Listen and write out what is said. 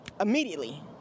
immediately